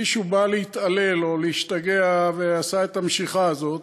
מישהו בא להתעלל או להשתגע ועשה את המשיכה הזאת,